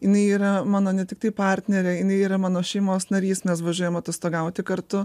jinai yra mano ne tiktai partnerė jinai yra mano šeimos narys mes važiuojam atostogauti kartu